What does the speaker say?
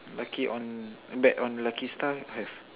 lucky on bet on lucky star have